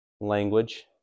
language